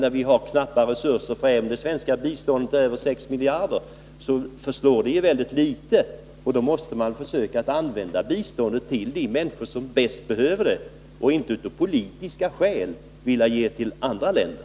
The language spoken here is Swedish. Även om det svenska biståndet är över 6 miljarder, förslår det väldigt litet, och då måste man försöka använda pengarna till att hjälpa de människor som bäst behöver biståndet och inte av politiska skäl vilja ge det till andra länder.